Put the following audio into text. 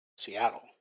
Seattle